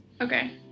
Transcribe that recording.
Okay